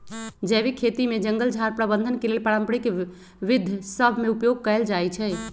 जैविक खेती में जङगल झार प्रबंधन के लेल पारंपरिक विद्ध सभ में उपयोग कएल जाइ छइ